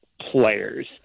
players